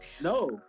no